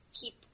keep